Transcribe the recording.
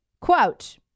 Quote